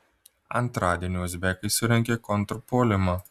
antradienį uzbekai surengė kontrpuolimą